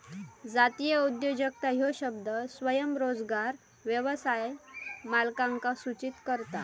जातीय उद्योजकता ह्यो शब्द स्वयंरोजगार व्यवसाय मालकांका सूचित करता